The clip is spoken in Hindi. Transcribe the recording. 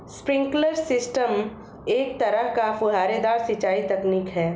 स्प्रिंकलर सिस्टम एक तरह का फुहारेदार सिंचाई तकनीक है